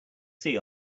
see